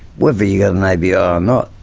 whether you've got an abi or not,